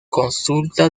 consulta